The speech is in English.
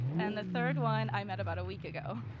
and the third one i met about a week ago.